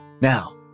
Now